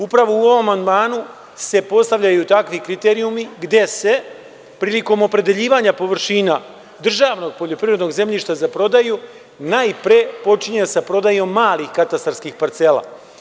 Upravo u ovom amandmanu se postavljaju takvi kriterijumi gde se prilikom opredeljivanja površina državnog poljoprivrednog zemljišta za prodaju najpre počinje sa prodajom malih katastarskih parcela.